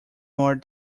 more